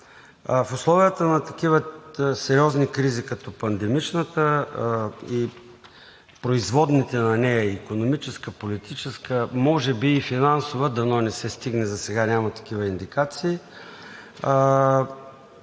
В условията на такива сериозни кризи като пандемичната и производните на нея – икономическа, политическа, може би и финансова – дано не се стигне, засега няма такива индикации,